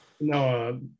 no